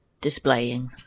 displaying